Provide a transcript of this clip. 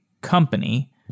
company